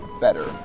better